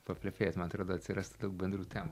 paplepėt man atrodo atsirastų daug bendrų temų